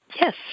Yes